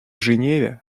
женеве